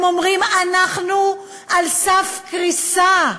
הם אומרים: אנחנו על סף קריסה.